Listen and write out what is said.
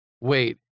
wait